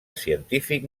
científic